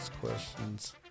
questions